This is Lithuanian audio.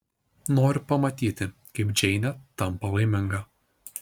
noriu pamatyti kaip džeinė tampa laiminga